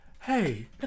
hey